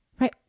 right